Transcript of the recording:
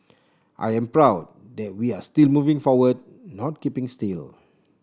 I am proud that we are still moving forward not keeping still